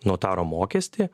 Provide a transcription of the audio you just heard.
notaro mokestį